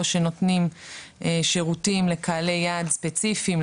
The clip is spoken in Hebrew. או שנותנים שירותים לקהלי יעד ספציפיים,